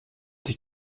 sich